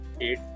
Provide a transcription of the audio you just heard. eight